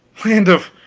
land of